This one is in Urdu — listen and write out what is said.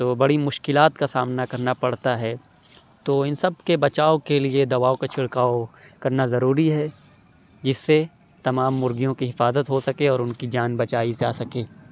تو بڑی مشکلات کا سامنا کرنا پڑتا ہے تو اِن سب کے بچاؤ کے لیے دواؤں کا چھڑکاؤ کرنا ضروری ہے جس سے تمام مرغیوں کی حفاظت ہو سکے اور اُن کی جان بچائی جا سکے